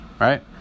Right